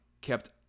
kept